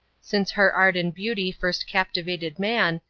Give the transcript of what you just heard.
since her art and beauty first captivated man,